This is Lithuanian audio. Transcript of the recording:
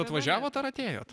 atvažiavot ar atėjot